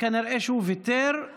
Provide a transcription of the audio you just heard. כנראה שהוא ויתר.